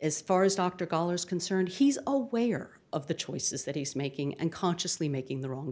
as far as doctor dollars concerned he's away or of the choices that he's making and consciously making the wrong